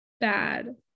Bad